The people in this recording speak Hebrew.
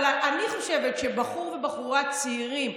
אבל אני חושבת שבחור ובחורה צעירים,